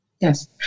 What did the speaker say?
Yes